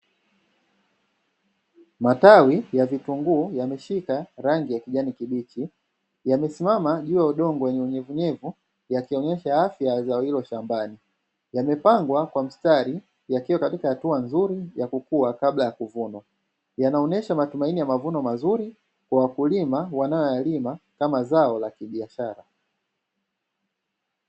Matawi ya vitunguu yameshika rangi ya kijani kibichi, yamesimama juu ya udongo wenye unyevunyevu yakionyesha afya ya zao hilo shambani, Yamepangwa kwa mistari yakiwa katika hatua nzuri ya kukua kabla ya kuvunwa, yanaonyesha matumaini ya mavuno mazuri kwa wakulima wanaoyalima kama zao la kibiashara.